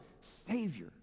savior